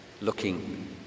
looking